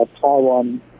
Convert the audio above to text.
Taiwan